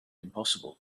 impossible